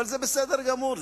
אבל זה בסדר גמור.